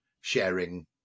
sharing